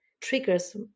triggers